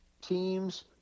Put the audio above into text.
Teams